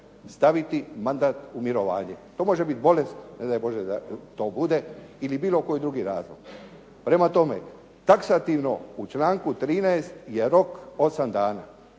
staviti mandat u mirovanje. To može biti bolest, ne daj Bože da to bude ili bilo koji drugi razlog. Prema tome, taksativno u članku 13. je rok osam dana.